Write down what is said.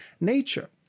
nature